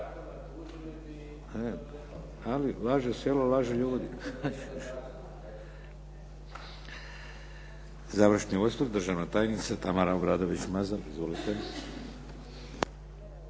Laže selo, lažu ljudi. Završni osvrt, državna tajnica Tamara Obradović Mazal. Izvolite.